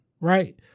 right